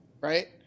right